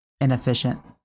inefficient